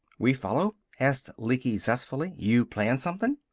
we follow? asked lecky zestfully. you plan something?